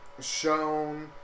shown